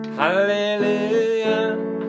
hallelujah